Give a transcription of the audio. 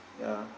ya